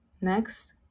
Next